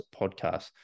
podcast